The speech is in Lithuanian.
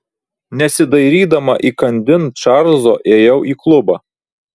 nesidairydama įkandin čarlzo ėjau į klubą